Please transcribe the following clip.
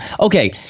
Okay